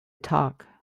talk